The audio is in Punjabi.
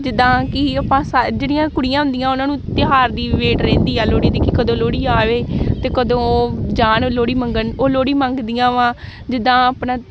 ਜਿੱਦਾਂ ਤਾਂ ਆਪਾਂ ਸਾ ਜਿਹੜੀਆਂ ਕੁੜੀਆਂ ਹੁੰਦੀਆਂ ਉਹਨਾਂ ਨੂੰ ਤਿਉਹਾਰ ਦੀ ਵੇਟ ਰਹਿੰਦੀ ਆ ਲੋਹੜੀ ਦੀ ਕਿ ਕਦੋਂ ਲੋਹੜੀ ਆਵੇ ਅਤੇ ਕਦੋਂ ਜਾਣ ਉਹ ਲੋਹੜੀ ਮੰਗਣ ਉਹ ਲੋਹੜੀ ਮੰਗਦੀਆਂ ਵਾ ਜਿੱਦਾਂ ਆਪਣਾ